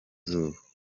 izuba